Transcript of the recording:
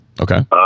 Okay